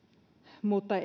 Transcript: mutta